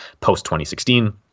post-2016